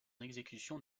exécution